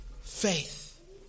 faith